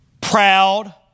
proud